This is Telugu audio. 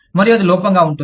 మరియు అది లోపంగా ఉంటుంది